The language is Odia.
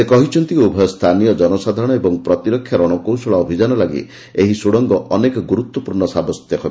ସେ କହିଛନ୍ତି ଉଭୟ ସ୍ଥାନୀୟ ଜନସାଧାରଣ ଓ ପ୍ରତିରକ୍ଷା ରଣକୌଶଳ ଅଭିଯାନ ଲାଗି ଏହି ଟର୍ଣ୍ଣେଲ ଅନେକ ଗୁରୁତ୍ୱପୂର୍ଣ୍ଣ ସାବ୍ୟସ୍ତ ହେବ